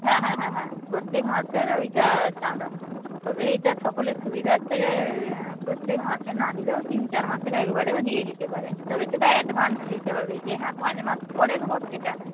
হ্যাঁ হ্যাঁ হ্যাঁ হ্যাঁ প্রত্যেক মাসের ওইটা চাঁদা তবে এইটা সকলের সুবিধার্থে প্রত্যেক মাসে না দিলেও তিন চার মাসের একবারেও দিয়ে দিতে পারেন তবে সেটা অ্যাডভান্স দিতে হবে যে হ্যাঁ পাঁচ মাস পরে দেবো সেটা নয়